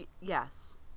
Yes